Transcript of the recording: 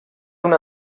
una